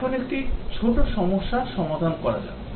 এখন একটি ছোট সমস্যার সমাধান করা যাক